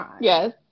Yes